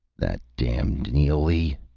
that damned neely,